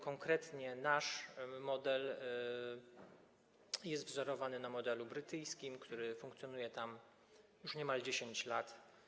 Konkretnie nasz model jest wzorowany na modelu brytyjskim, który funkcjonuje tam już niemal 10 lat.